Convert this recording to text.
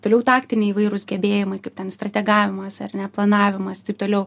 toliau taktiniai įvairūs gebėjimai kaip ten strategavimas ar ne planavimas taip toliau